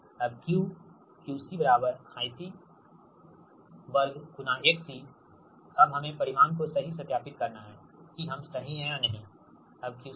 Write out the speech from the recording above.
अब Q QC 2 XC अब हमें परिणाम को सही सत्यापित करना है कि हम सही हैं या नहीं